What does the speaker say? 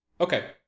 Okay